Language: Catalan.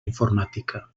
informàtica